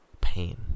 pain